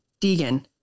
Deegan